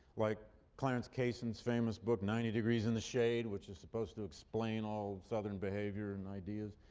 like clarence cason's famous book, ninety degrees in the shade, which is supposed to explain all southern behavior and ideas.